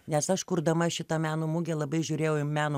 nes aš kurdama šitą meno mugę labai žiūrėjau į meno